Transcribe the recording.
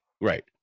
right